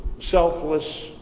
selfless